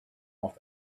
off